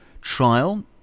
trial